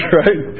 right